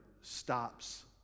stops